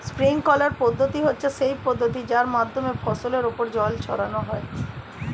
sprinkler পদ্ধতি হচ্ছে সেই পদ্ধতি যার মাধ্যমে ফসলের ওপর জল ছড়ানো হয়